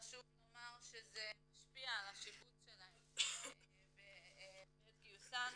וחשוב לומר שזה משפיע על השיבוץ שלהן בעת גיוסן,